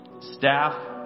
staff